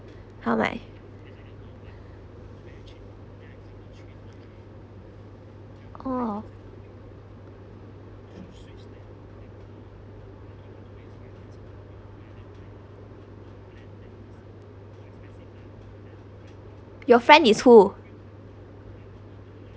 how my oh your friend is who